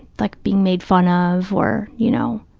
like being made fun of or, you know.